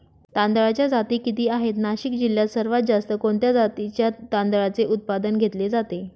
तांदळाच्या जाती किती आहेत, नाशिक जिल्ह्यात सर्वात जास्त कोणत्या जातीच्या तांदळाचे उत्पादन घेतले जाते?